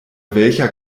welcher